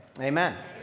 Amen